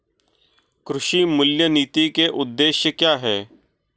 कृषि मूल्य नीति के उद्देश्य क्या है?